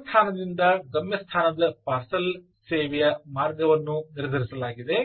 ಮೂಲ ಸ್ಥಾನದಿಂದ ಗಮ್ಯಸ್ಥಾನದ ಪಾರ್ಸೆಲ್ ಸೇವೆಯ ಮಾರ್ಗವನ್ನು ನಿರ್ಧರಿಸಲಾಗಿದೆ